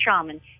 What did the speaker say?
shaman